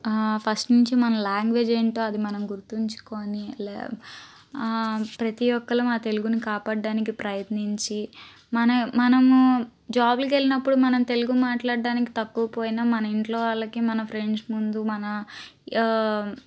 first నుంచి మన language ఏంటో అది మనం గుర్తుంచుకొని లా ప్రతిఒక్కళ్ళం ఆ తెలుగుని కాపాడ్డానికి ప్రయత్నించి మనం మనము జాబులకెళ్ళినప్పుడు మనం తెలుగు మాట్లాడ్డానికి తక్కువ పోయినా మన ఇంట్లో వాళ్ళకి మన ఫ్రెండ్స్ ముందు మన